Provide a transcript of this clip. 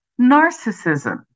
narcissism